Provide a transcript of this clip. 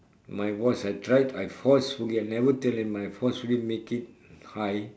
my voice I tried I forcefully I never tell them I forcefully make it high